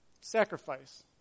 Sacrifice